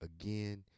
again